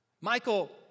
Michael